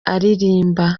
aririmba